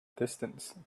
distance